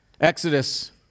Exodus